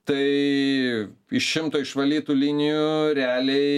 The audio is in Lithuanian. tai iš šimto išvalytų linijų realiai